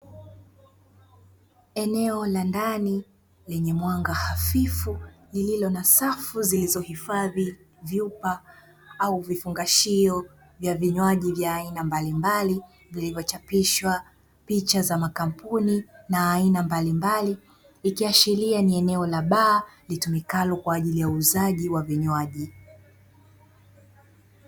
Eneo la ndani lenye mwanga hafifu lililo na safu zilizohifadhi vyupa au vifungashio vya vinjwayi vya aina mbalimbali, vilivyochapishwa picha za makampuni na aina mbalimbali, ikiashiria ni eneo la baa litumikalo kwa ajili ya uuzaji wa vinjwayi.